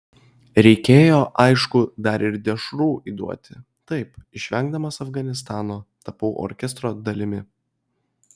reikėjo aišku dar ir dešrų įduoti taip išvengdamas afganistano tapau orkestro dalimi